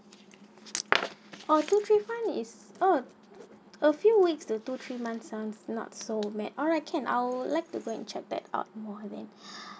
oh two three month is oh a few weeks to two three months sound not so mad alright can I would like to go and check back out more on that